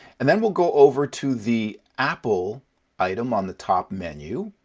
and then we'll go over to the apple item on the top menu.